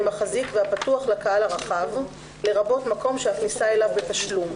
מחזיק והפתוח לקהל לרבות מקום שהכניסה אליו בתשלום,